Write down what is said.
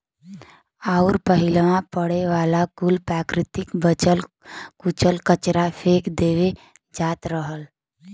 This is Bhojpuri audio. अउर पहिलवा पड़े वाला कुल प्राकृतिक बचल कुचल कचरा फेक देवल जात रहल